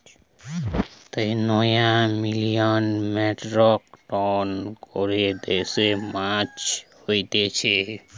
নয় million metric ton করে দেশে মাছ হতিছে